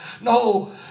No